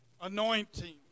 Anointing